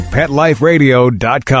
PetLiferadio.com